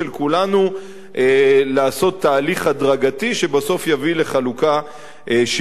לעשות תהליך הדרגתי שבסוף יביא לחלוקה שוויונית.